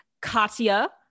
Katya